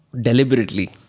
deliberately